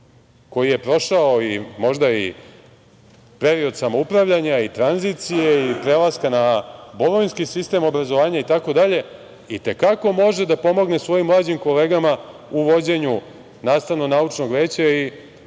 koji je prošao i možda i period samoupravljanja i tranzicije i prelaska na bolonjski sistem obrazovanja itd, i te kako može da pomogne svojim mlađim kolegama u vođenju nastavno-naučnog veća i